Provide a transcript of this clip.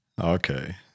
Okay